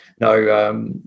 no